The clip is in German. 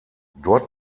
dort